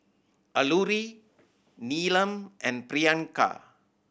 Alluri Neelam and Priyanka